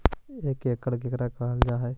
एक एकड़ केकरा कहल जा हइ?